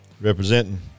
representing